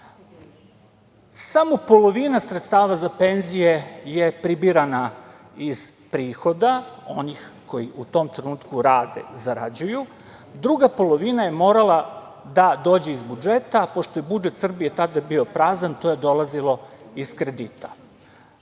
samo polovina sredstava za penzije je pribirana iz prihoda, onih koji u tom trenutku rade, zarađuju. Druga polovina je morala da dođe iz budžeta, a pošto je budžet Srbije tada bio prazan, to je dolazilo iz kredita. Novom